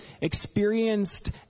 experienced